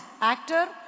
actor